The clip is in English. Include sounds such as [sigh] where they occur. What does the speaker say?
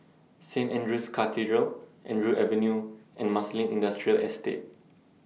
[noise] Saint Andrew's Cathedral Andrew Avenue and Marsiling Industrial Estate